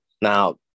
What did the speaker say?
now